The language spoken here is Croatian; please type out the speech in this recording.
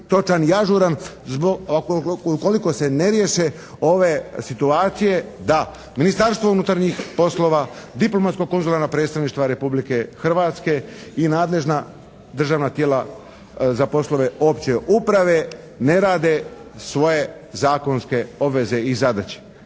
točan i ažuran zbog, ukoliko se ne riješe ove situacije da Ministarstvo unutarnjih poslova, diplomatsko konzularna predstavništva Republike Hrvatske i nadležna državna tijela za poslove opće uprave ne rade svoje zakonske obveze i zadaće.